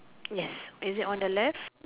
yes is it on the left